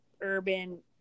Urban